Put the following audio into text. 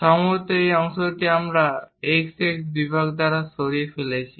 সম্ভবত এই অংশটি আমরা x x বিভাগ দ্বারা সরিয়ে ফেলেছি